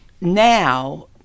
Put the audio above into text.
now